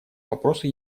вопросу